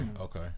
okay